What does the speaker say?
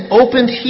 opened